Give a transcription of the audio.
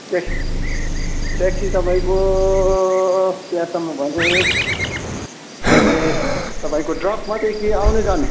ट्या taxi तपाईँको त्यहाँसम्म भने अहिले तपाईँको ड्रप मात्रै कि आउने जाने